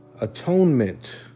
atonement